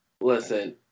listen